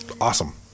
awesome